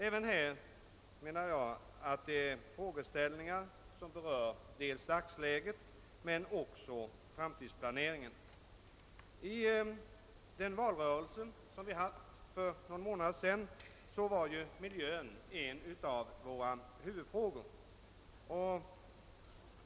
även här har vi frågeställningar som berör dagsläget men också framtidsplaneringen. I den valrörelse som vi hade för någon månad sedan var miljön en av våra huvudfrågor.